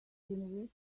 university